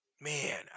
man